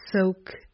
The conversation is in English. soak